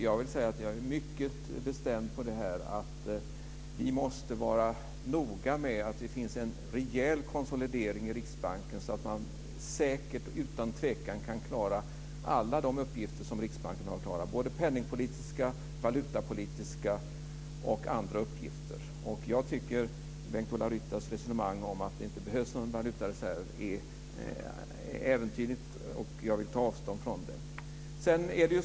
Jag är mycket bestämd på att vi måste vara noga med att det finns en rejäl konsolidering i Riksbanken så att man säkert och utan tvekan kan klara alla de uppgifter som Riksbanken har att klara. Det gäller de penningpolitiska uppgifterna, de valutapolitiska uppgifterna och andra uppgifter. Bengt-Ola Ryttars resonemang om att det inte behövs någon valutareserv är äventyrligt, och jag vill ta avstånd från det.